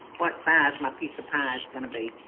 what size my piece of pie is going to be.